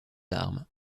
armes